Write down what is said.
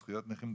זכויות נכים,